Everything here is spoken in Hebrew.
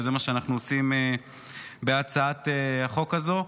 וזה מה שאנחנו עושים בהצעת החוק הזו.